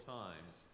times